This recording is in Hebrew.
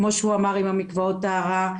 כמו שאמרו דוברים רבים.